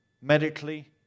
medically